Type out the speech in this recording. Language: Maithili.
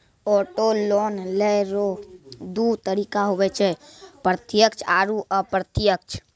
ऑटो लोन लेय रो दू तरीका हुवै छै प्रत्यक्ष आरू अप्रत्यक्ष